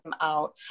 out